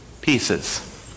Pieces